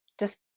just